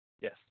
Yes